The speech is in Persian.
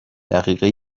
دقیقه